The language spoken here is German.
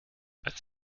als